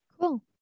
Cool